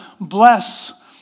bless